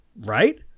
right